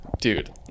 dude